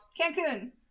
Cancun